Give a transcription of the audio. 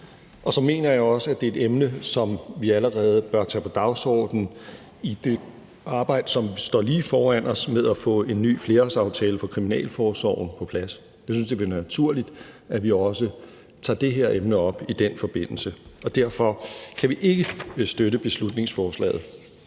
Så mener jeg også, at det er et emne, som vi allerede bør tage på dagsordenen i det arbejde, som står lige foran os, med at få en ny flerårsaftale for kriminalforsorgen på plads. Jeg synes, det vil være naturligt, at vi også tager det her emne op i den forbindelse, og derfor kan vi ikke støtte beslutningsforslaget.